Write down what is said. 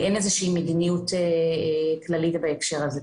אין איזושהי מדיניות כללית בהקשר הזה.